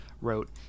wrote